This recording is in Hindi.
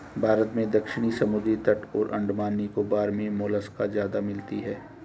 भारत में दक्षिणी समुद्री तट और अंडमान निकोबार मे मोलस्का ज्यादा मिलती है